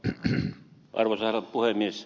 arvoisa herra puhemies